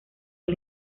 del